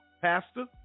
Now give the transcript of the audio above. Pastor